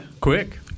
Quick